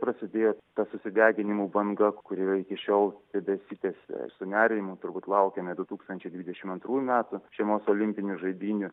prasidėjo ta susideginimų banga kuri iki šiol tebesitęsia ir su nerimu turbūt laukiame du tūkstančiai dvidešimt antrų metų žiemos olimpinių žaidynių